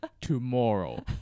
tomorrow